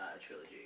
trilogy